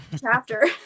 Chapter